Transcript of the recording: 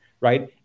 Right